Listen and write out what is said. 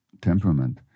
temperament